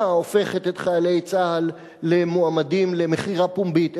הופכת את חיילי צה"ל למועמדים למכירה פומבית,